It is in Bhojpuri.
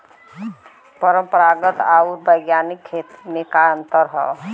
परंपरागत आऊर वैज्ञानिक खेती में का अंतर ह?